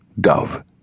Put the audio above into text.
Dove